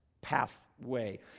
pathway